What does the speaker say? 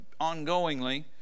ongoingly